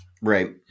Right